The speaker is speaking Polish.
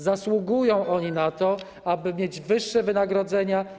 Zasługują oni na to, aby mieć wyższe wynagrodzenia.